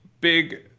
big